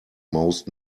most